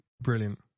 Brilliant